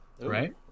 right